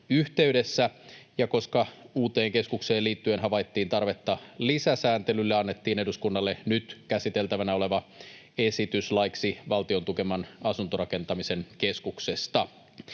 ja koska uuteen keskukseen liittyen havaittiin tarvetta lisäsääntelylle, annettiin eduskunnalle nyt käsiteltävänä oleva esitys laiksi valtion tukeman asuntorakentamisen keskuksesta.